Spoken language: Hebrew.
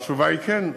התשובה היא כן.